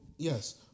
Yes